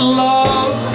love